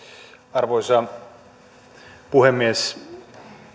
arvoisa puhemies